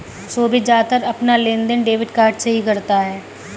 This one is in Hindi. सोभित ज्यादातर अपना लेनदेन डेबिट कार्ड से ही करता है